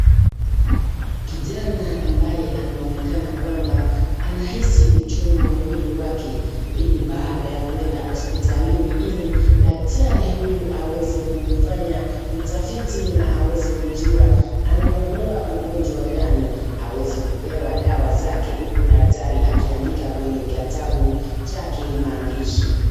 Kijana ambaye anaonekana kwamba anahisi uchungu wa mwili wake. Hii ni baada ya kuenda hospitalini ili daktari huyu aweze kumfanya utafiti na aweze kujua anaugua ugonjwa gani aweze kupewa dawa zake huku daktari akiandika kwenye kitabu chake maandishi.